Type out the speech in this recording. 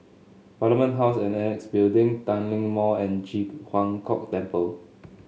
Parliament House and Annexe Building Tanglin Mall and Ji Huang Kok Temple